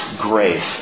grace